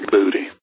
Booty